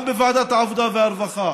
גם בוועדת העבודה והרווחה